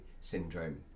syndrome